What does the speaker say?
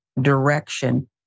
direction